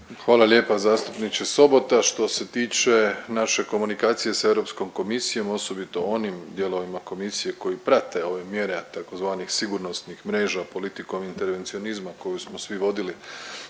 Hvala lijepa zastupniče Sobota. Što se tiče naše komunikacije sa Europskom komisijom osobito onim dijelovima Komisije koji prate ove mjere tzv. sigurnosnih mreža, politikom intervencionizma koju smo svi vodili